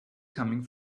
coming